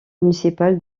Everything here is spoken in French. municipal